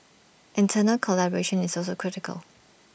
internal collaboration is also critical